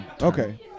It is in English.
okay